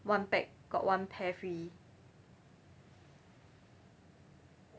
one pack got one pair free